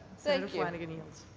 senator flanagan yields.